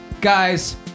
Guys